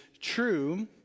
true